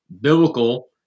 biblical